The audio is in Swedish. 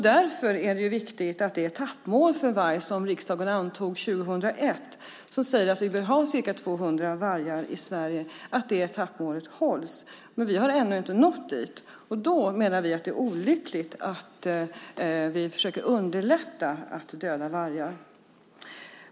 Därför är det viktigt att det etappmål för varg som riksdagen antog 2001 och som säger att vi bör ha ca 200 vargar i Sverige hålls. Men vi har ännu inte nått dit, och då menar vi att det är olyckligt att vi försöker underlätta dödande av vargar.